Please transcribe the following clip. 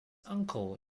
uncle